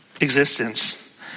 existence